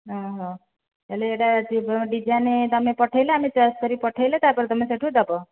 ଓହୋ ତା'ହେଲେ ଏହିଟା ଡିଜାଇନଟା ତୁମେ ପଠାଇଲେ ଆମେ ଚଏସ୍ କରିକି ପଠାଇଲେ ତା'ପରେ ତୁମେ ସେଠୁ ଦେବ